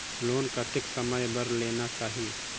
Loan कतेक समय बर लेना चाही?